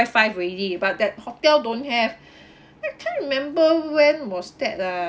already but that hotel don't have I can't remember when was that ah